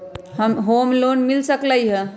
Home loan मिल सकलइ ह?